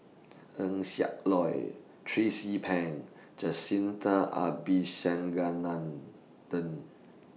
Eng Siak Loy Tracie E Pang Jacintha Abisheganaden